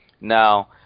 now